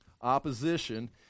opposition